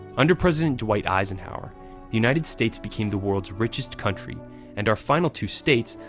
under president dwight eisenhower the united states became the world's richest country and our final two states,